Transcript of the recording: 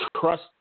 Trust